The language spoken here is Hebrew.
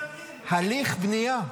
הליך בנייה,